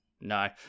No